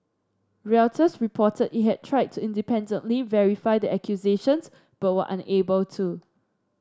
Reuters reported it had tried to independently verify the accusations but were unable to